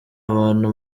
abantu